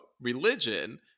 religion